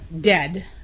dead